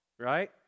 right